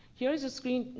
here is a screen,